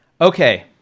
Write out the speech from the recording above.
Okay